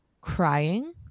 crying